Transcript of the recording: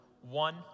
One